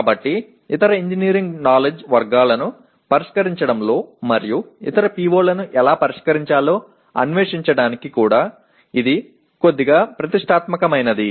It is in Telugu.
కాబట్టి ఇతర ఇంజనీరింగ్ నాలెడ్జ్ వర్గాలను పరిష్కరించడంలో మరియు ఇతర PO లను ఎలా పరిష్కరించాలో అన్వేషించడానికి కూడా ఇది కొద్దిగా ప్రతిష్టాత్మకమైనది